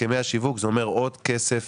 הסכמי השיווק, זה אומר עוד כסף